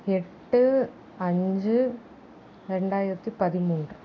எட்டு அஞ்சு ரெண்டாயிரத்து பதிமூன்று